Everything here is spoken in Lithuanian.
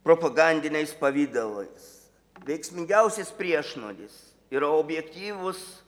propagandiniais pavidalais veiksmingiausias priešnuodis yra objektyvūs